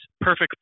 perfect